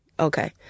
Okay